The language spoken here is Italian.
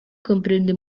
comprende